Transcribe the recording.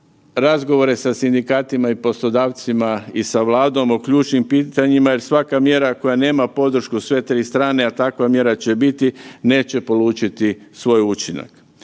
razgovore sa sindikatima i poslodavcima i sa Vladom o ključnim pitanjima jer svaka mjera koja nema podršku sve tri strane, a takva mjera će biti neće polučiti svoj učinak.